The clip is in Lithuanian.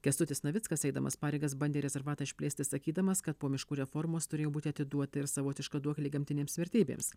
kęstutis navickas eidamas pareigas bandė rezervatą išplėsti sakydamas kad po miškų reformos turėjo būti atiduoti ir savotiška duoklė gamtinėms vertybėms